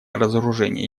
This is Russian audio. разоружение